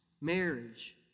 marriage